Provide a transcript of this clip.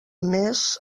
més